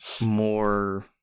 more